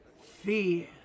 fear